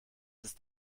ist